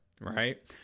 right